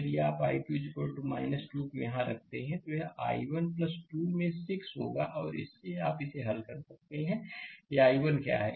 यदि आप i2 2 को यहां रखते हैं तो यह i1 2 में 6 होगा और इससे आप इसे हल कर सकते हैं कि i1 क्या है